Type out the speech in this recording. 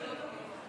אדוני היושב-ראש,